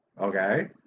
okay